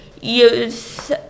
use